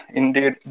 indeed